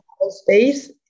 space